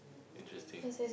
interesting